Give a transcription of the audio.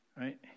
right